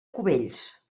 cubells